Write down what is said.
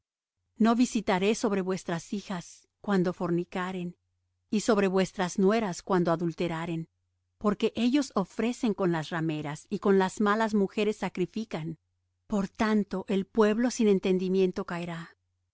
no visitaré sobre vuestras hijas cuando fornicaren y sobre vuestras nueras cuando adulteraren porque ellos ofrecen con las rameras y con las malas mujeres sacrifican por tanto el pueblo sin entendimiento caerá